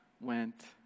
went